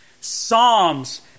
psalms